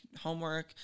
homework